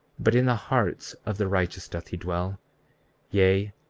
but in the hearts of the righteous doth he dwell yea,